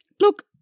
Look